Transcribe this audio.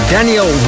Daniel